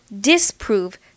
disprove